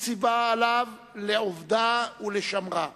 הוא ציווה עליו לעובדה ולשומרה,